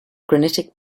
granitic